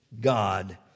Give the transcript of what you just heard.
God